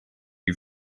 you